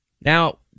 now